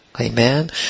Amen